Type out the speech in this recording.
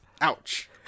Ouch